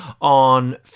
on